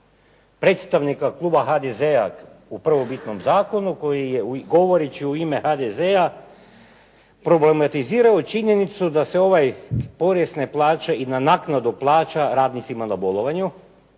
predstavnika kluba HDZ-a u prvobitnom zakonu koji je, govoreći u ime HDZ-a problematizirao činjenicu da se ovaj porezne plaće i na naknadu plaća radnicima na bolovanju,